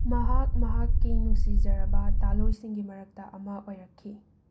ꯃꯍꯥꯛ ꯃꯍꯥꯛꯀꯤ ꯅꯨꯡꯁꯤꯖꯔꯕ ꯇꯥꯂꯣꯏꯁꯤꯡꯒꯤ ꯃꯔꯛꯇ ꯑꯃ ꯑꯣꯏꯔꯛꯈꯤ